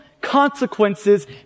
consequences